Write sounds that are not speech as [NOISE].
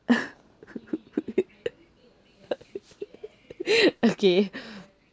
[LAUGHS] okay